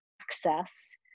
access